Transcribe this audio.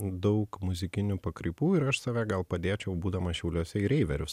daug muzikinių pakraipų ir aš save gal padėčiau būdamas šiauliuose į reiverius